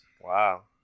wow